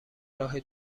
راه